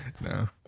No